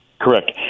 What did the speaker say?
Correct